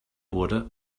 wurde